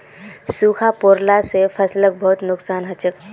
सूखा पोरला से फसलक बहुत नुक्सान हछेक